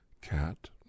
cat